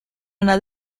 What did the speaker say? una